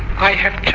i have